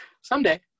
Someday